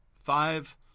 Five